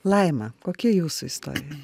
laima kokia jūsų istorija